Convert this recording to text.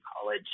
college